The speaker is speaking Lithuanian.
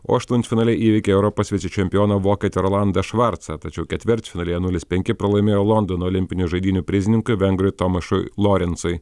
o aštuntfinalyje įveikė europos vicečempioną vokietį rolandą švarcą tačiau ketvirtfinalyje nulis penki pralaimėjo londono olimpinių žaidynių prizininkui vengrui tomašui lorencui